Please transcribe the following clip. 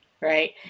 right